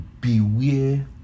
Beware